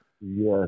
Yes